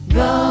go